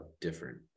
different